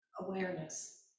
awareness